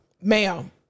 Ma'am